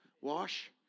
Wash